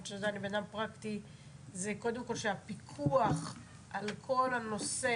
זה קודם כל שהפיקוח על כל הנושא,